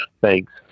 Thanks